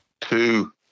two